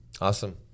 Awesome